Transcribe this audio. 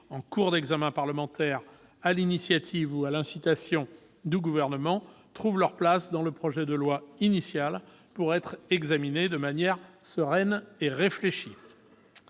en cours d'examen parlementaire sur l'initiative ou à l'incitation du Gouvernement, trouvent leur place dans le projet de loi initiale pour être examinées de manière sereine et réfléchie.